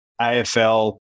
AFL